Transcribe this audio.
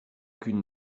qu’une